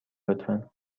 لطفا